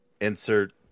insert –